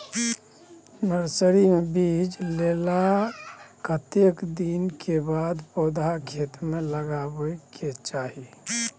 Nursery मे बीज डाललाक कतेक दिन के बाद पौधा खेत मे लगाबैक चाही?